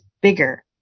bigger